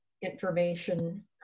information